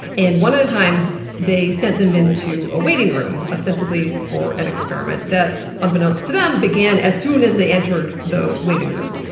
and, one at a time, they sent them into a waiting room, ostensibly for an experiment that, unbeknownst to them, began as soon as they entered the waiting room.